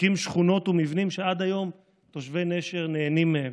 והקים שכונות ומבנים שעד היום תושבי נשר נהנים מהם.